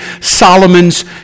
Solomon's